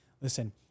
listen